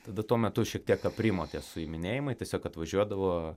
tada tuo metu šiek tiek aprimo tie suiminėjimai tiesiog atvažiuodavo